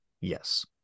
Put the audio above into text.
yes